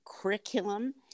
curriculum